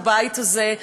בבית הזה,